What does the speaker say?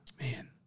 Man